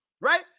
right